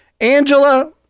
Angela